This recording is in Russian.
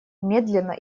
медленно